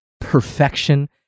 perfection